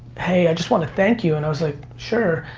hey, i just want to thank you. and i was like, sure.